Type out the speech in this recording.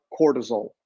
cortisol